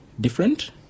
different